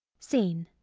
scene